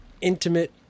intimate